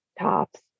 Tops